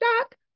doc